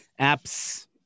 apps